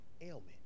ailment